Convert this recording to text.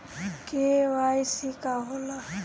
KYC का होला?